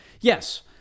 yes